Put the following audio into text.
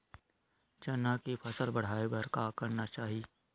चना के फसल बढ़ाय बर का करना चाही?